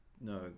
no